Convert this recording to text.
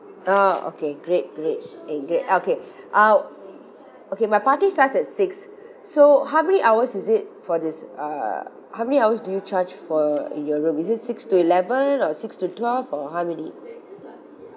oh okay great great and great okay uh okay my party starts at six so how may hours is it for this uh how many hours do you charge for in your room is it six to eleven or six to twelve or how many